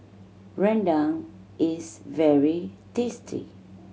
rendang is very tasty